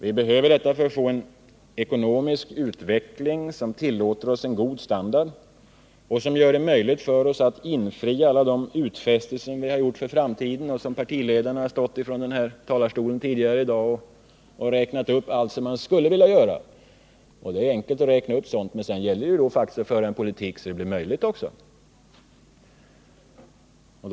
Vi behöver detta för att få en ekonomisk utveckling som tillåter oss en god standard och som gör det möjligt för oss att infria alla de utfästelser som vi har gjort för framtiden. Partiledarna har tidigare i dag stått här i talarstolen och räknat upp allt som de skulle vilja göra. Det är enkelt att räkna upp sådant, men sedan gäller det faktiskt att föra en politik som gör det möjligt att genomföra det också.